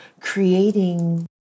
creating